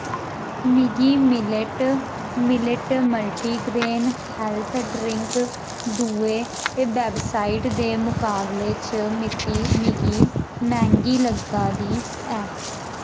मिगी millet millet multigrain health drink दूए website दे मुकाबले च मती मिगी मैंह्गी लग्गा दी ऐ